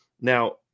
Now